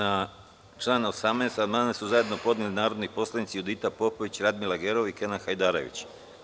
Na član 18. amandman su zajedno podneli narodni poslanici Judita Popović, Radmila Gerov i Kenan Hajdarević.